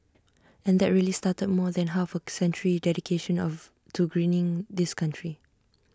and that really started more than half A century dedication of to greening this country